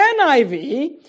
NIV